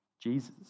Jesus